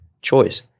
choice